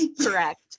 Correct